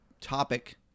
topic